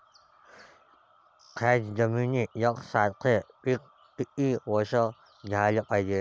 थ्याच जमिनीत यकसारखे पिकं किती वरसं घ्याले पायजे?